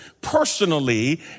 personally